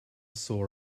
saw